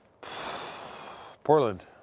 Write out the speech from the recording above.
Portland